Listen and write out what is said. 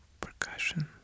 percussion